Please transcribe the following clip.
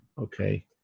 okay